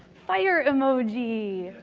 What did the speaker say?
fire emoji.